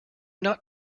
not